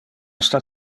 sta